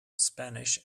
spanish